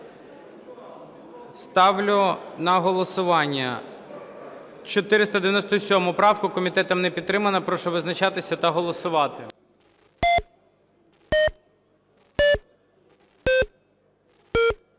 Ставлю на голосування 510 правку. Комітет не підтримав. Прошу визначатись та голосувати.